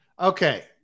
Okay